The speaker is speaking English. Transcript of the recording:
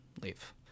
Leave